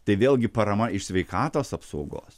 tai vėlgi parama iš sveikatos apsaugos